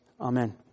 Amen